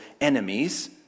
enemies